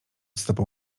stopą